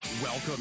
Welcome